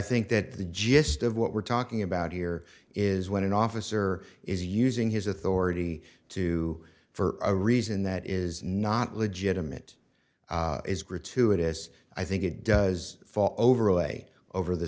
think that the gist of what we're talking about here is when an officer is using his authority to for a reason that is not legitimate is gratuitous i think it does fall over away over the